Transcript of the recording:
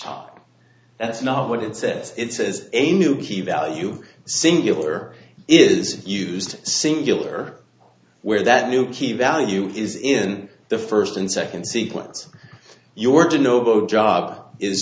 stop that's not what it says it says a new key value singular is used singular where that new key value is in the first and second sequence you are to know about job is